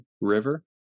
River